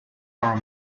are